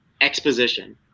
exposition